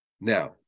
Now